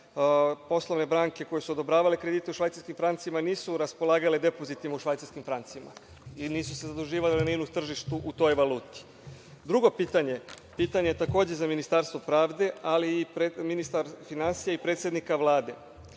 poslove banke, koje su odobravale kredite u švajcarskim francima, nisu raspolagale depozitima u švajcarskim francima i nisu se zaduživale na minus tržištu u toj valuti. Drugo pitanje, takođe za Ministarstvo pravde, ali i za ministra finansija i predsednika Vlade.